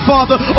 Father